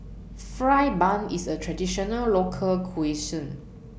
Fried Bun IS A Traditional Local Cuisine